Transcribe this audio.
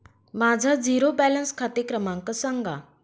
माझा zero balance खाते क्रमांक सांगा